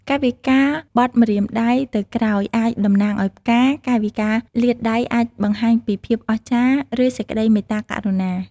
កាយវិការបត់ម្រាមដៃទៅក្រោយអាចតំណាងឱ្យផ្កា កាយវិការលាតដៃអាចបង្ហាញពីភាពអស្ចារ្យ ឬសេចក្ដីមេត្តាករុណា។